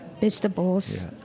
vegetables